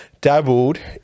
dabbled